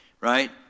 right